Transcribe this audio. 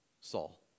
Saul